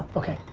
okay,